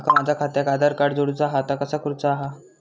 माका माझा खात्याक आधार कार्ड जोडूचा हा ता कसा करुचा हा?